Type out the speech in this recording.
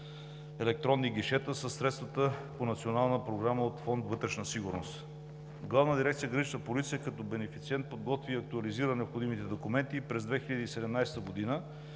„Електронни гишета“ със средствата по национална програма от фонд „Вътрешна сигурност“. Главна дирекция „Гранична полиция“ като бенефициент подготвя и актуализира необходимите документи и през 2017 г. и